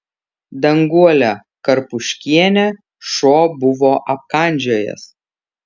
danguolę karpuškienę šuo buvo apkandžiojęs